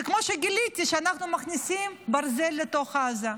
זה כמו שגיליתי שאנחנו מכניסים ברזל לתוך עזה.